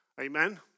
Amen